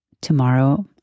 Tomorrow